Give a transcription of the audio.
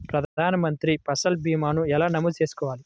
ప్రధాన మంత్రి పసల్ భీమాను ఎలా నమోదు చేసుకోవాలి?